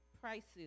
prices